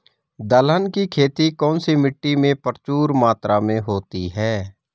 दलहन की खेती कौन सी मिट्टी में प्रचुर मात्रा में होती है?